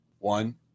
One